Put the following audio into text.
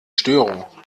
störung